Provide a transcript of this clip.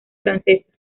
francesa